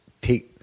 Take